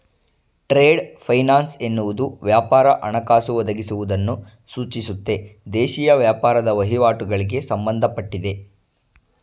trade finance ಎನ್ನುವುದು ವ್ಯಾಪಾರ ಹಣಕಾಸು ಒದಗಿಸುವುದನ್ನು ಸೂಚಿಸುತ್ತೆ ದೇಶೀಯ ವ್ಯಾಪಾರದ ವಹಿವಾಟುಗಳಿಗೆ ಸಂಬಂಧಪಟ್ಟಿದೆ